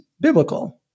biblical